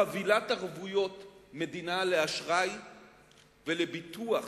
חבילת ערבויות מדינה לאשראי ולביטוח